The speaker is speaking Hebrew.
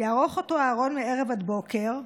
"יערוך אותו אהרן מערב עד בוקר,